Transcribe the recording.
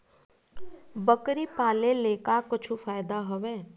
बकरी पाले ले का कुछु फ़ायदा हवय?